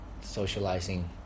socializing